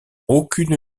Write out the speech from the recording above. aucune